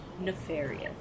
nefarious